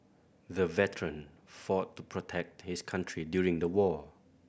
the veteran fought to protect his country during the war